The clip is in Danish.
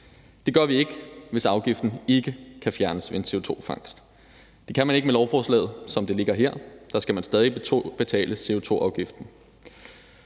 Det gør vi ikke, hvis afgiften ikke kan fjernes med CO2-fangst. Det kan man ikke med lovforslaget, som det ligger her. Der skal man stadig betale CO2-afgiften.